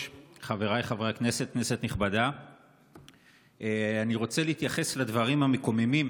אני רוצה להתייחס לדברים המקוממים